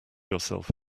yourself